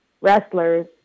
wrestlers